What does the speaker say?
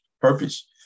Purpose